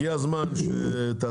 עזוב אותנו ממה שאחרים צריכים